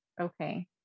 Okay